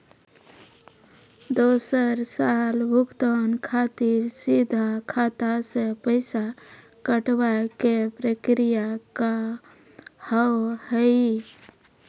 दोसर साल भुगतान खातिर सीधा खाता से पैसा कटवाए के प्रक्रिया का हाव हई?